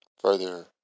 further